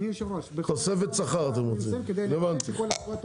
תוספת שכר אתם רוצים, הבנתי.